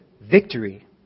victory